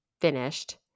finished